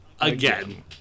again